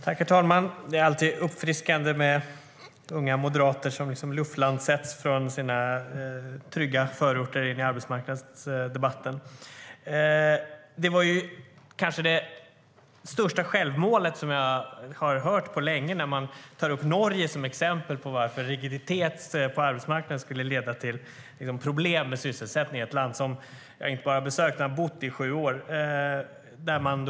Herr talman! Det är alltid uppfriskande med unga moderater som liksom luftlandsätts från sina trygga förorter in i arbetsmarknadsdebatten. Det var kanske det största självmålet som jag har sett på länge när man tar upp Norge som exempel på varför rigiditet på arbetsmarknaden skulle leda till problem med sysselsättningen. Det är ett land som jag inte bara besökt utan i sju år har bott i.